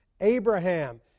Abraham